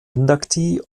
inductee